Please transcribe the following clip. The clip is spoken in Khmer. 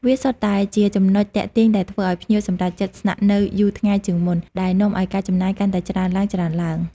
វាសុទ្ធតែជាចំណុចទាក់ទាញដែលធ្វើឱ្យភ្ញៀវសម្រេចចិត្តស្នាក់នៅយូរថ្ងៃជាងមុន ដែលនាំឱ្យការចំណាយកាន់តែច្រើនឡើងៗ។